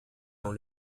dans